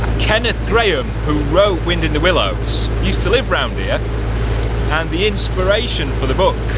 kenneth graham who wrote wind in the willows, used to live around here and the inspiration for the book